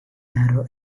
narrow